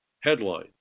headline